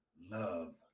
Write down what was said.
love